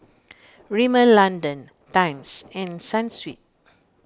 Rimmel London Times and Sunsweet